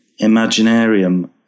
Imaginarium